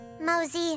Mosey